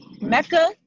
mecca